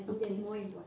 okay